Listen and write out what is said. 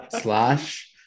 slash